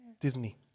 disney